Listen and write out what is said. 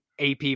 AP